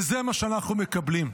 וזה מה שאנחנו מקבלים.